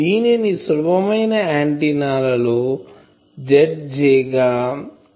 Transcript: దీనిని సులభమైన ఆంటిన్నా ల లో Zj అని వ్రాస్తాం